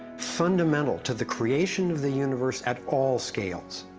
fundamental to the creation of the universe at all scales.